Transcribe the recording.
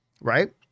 right